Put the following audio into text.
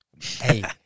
Hey